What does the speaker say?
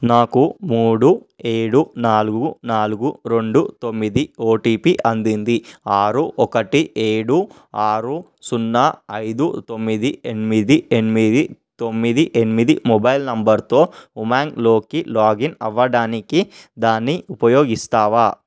నాకు మూడు ఏడు నాలుగు నాలుగు రెండు తొమ్మిది ఓటీపీ అందింది ఆరు ఒకటి ఏడు ఆరు సున్నా ఐదు తొమ్మిది ఎనిమిది ఎనిమిది తొమ్మిది ఎనిమిది మొబైల్ నంబరుతో ఉమాంగ్లోకి లాగిన్ అవ్వడానికి దాన్ని ఉపయోగిస్తావా